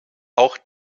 auch